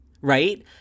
right